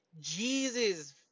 Jesus